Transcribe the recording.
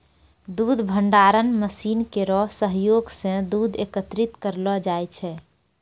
दूध भंडारण मसीन केरो सहयोग सें दूध एकत्रित करलो जाय छै